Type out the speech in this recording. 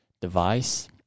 device